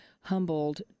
humbled